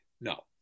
No